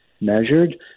measured